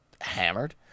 hammered